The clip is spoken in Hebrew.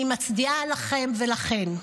אני מצדיעה לכם ולכן,